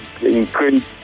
increase